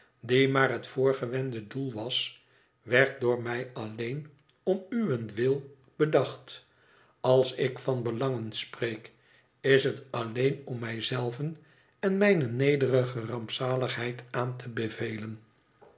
maar het voorgewende doel was werd door mij alleen om uwentwil bedacht als ik van belangen spreek is het alleen om mij zelven en mijne nederige rampzaligheid aan te bevelen